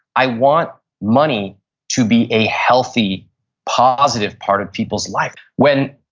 i want money to be a healthy positive part of people's life. when